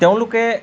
তেওঁলোকে